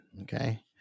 okay